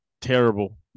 terrible